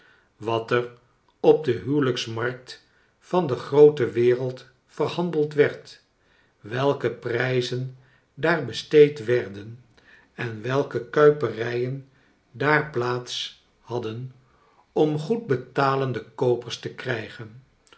wat er op de huwelijksmarkt van de groote wereld verhandeld werd welke prijzen daar besteed werden en welke kuiperijen daar plaats hadden om goed betalende koopers te krijgen